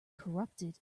corrupted